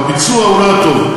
בביצוע הוא לא היה טוב.